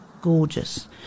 gorgeous